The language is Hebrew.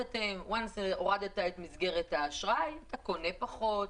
ברגע שהורדת את מסגרת האשראי, אתה קונה פחות.